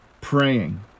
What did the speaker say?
praying